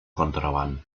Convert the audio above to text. contraban